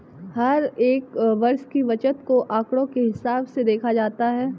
हर एक वर्ष की बचत को आंकडों के हिसाब से देखा जाता है